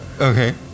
Okay